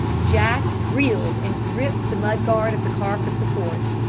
jack reeled and gripped the mud-guard of the car for support,